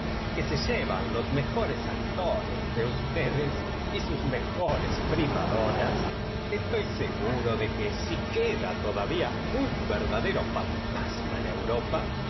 que se llevan los mejores actores de ustedes y sus mejores prima rio a mi estoy seguro de que sí queda todavía un verdadero fantasma en europa